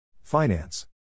Finance